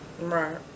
Right